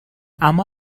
اما